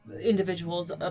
individuals